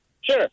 Sure